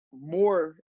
more